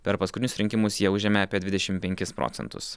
per paskutinius rinkimus jie užėmė apie dvidešim penkis procentus